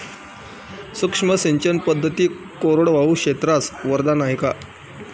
सूक्ष्म सिंचन पद्धती कोरडवाहू क्षेत्रास वरदान आहे का?